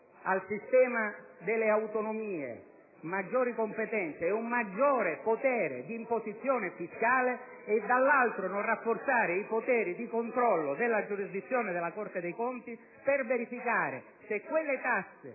al sistema delle autonomie maggiori competenze e un maggiore potere di imposizione fiscale e, dall'altro, non rafforzare i poteri di controllo della giurisdizione della Corte dei conti per verificare se quelle tasse,